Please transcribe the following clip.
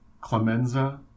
Clemenza